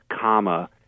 comma